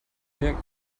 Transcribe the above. mir